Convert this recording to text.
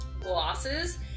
glosses